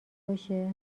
باشه